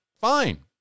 Fine